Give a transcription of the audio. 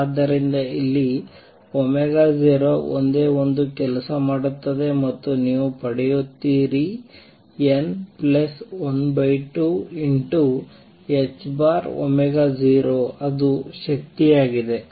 ಆದ್ದರಿಂದ ಇಲ್ಲಿ 0 ಒಂದೇ ಒಂದು ಕೆಲಸ ಮಾಡುತ್ತದೆ ಮತ್ತು ನೀವು ಪಡೆಯುತ್ತೀರಿ n12 0 ಅದು ಶಕ್ತಿಯಾಗಿದೆ